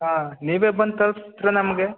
ಹಾಂ ನೀವೇ ಬಂದು ತಲ್ಪ್ಸಿ ನಮಗೆ